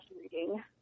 reading